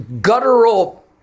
guttural